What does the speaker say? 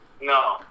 No